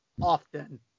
often